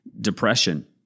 depression